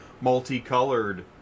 multicolored